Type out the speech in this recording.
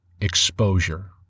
exposure